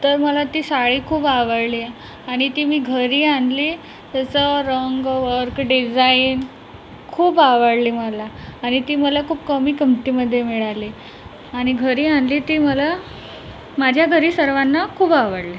तर मला ती साडी खूप आवडली आणि ती मी घरी आणली त्याचा रंग वर्क डिजाइन खूप आवडली मला आणि ती मला खूप कमी किमतीमध्ये मिळाली आणि घरी आणली ती मला माझ्या घरी सर्वांना खूप आवडली